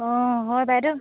অঁ হয় বাইদেউ